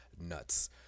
nuts